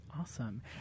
Awesome